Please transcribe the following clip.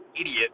idiot